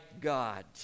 God